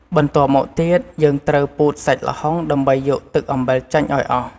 បន្ទាប់មកទៀត យើងត្រូវពូតសាច់ល្ហុងដើម្បីយកទឹកអំបិលចេញឱ្យអស់។